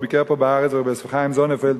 הוא ביקר פה בארץ, ובשיחה עם זוננפלד,